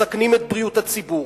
מסכנים את בריאות הציבור,